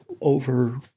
over